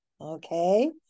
okay